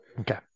Okay